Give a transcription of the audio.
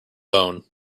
bone